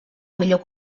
millor